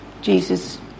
Jesus